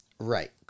Right